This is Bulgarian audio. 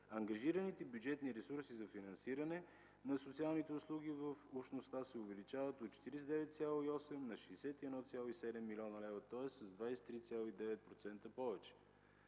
ангажираните бюджетни ресурси за финансиране на социалните услуги в Общността се увеличават от 49,8 на 61,7 млн. лв., тоест с 23,9% повече.